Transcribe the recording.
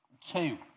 two